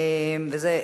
עברה את